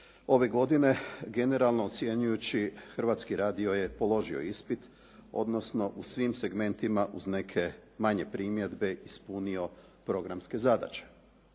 ove godine, generalno ocjenjujući Hrvatski radio je položio ispit, odnosno u svim segmentima uz neke manje primjedbe ispunio programske zadaće.